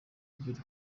ebyiri